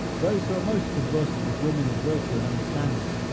those who are most conversant with women of virtue and understanding,